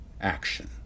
action